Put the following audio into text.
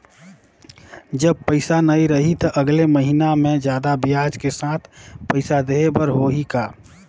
जब पइसा नहीं रही तो अगले महीना मे जादा ब्याज के साथ पइसा देहे बर होहि का?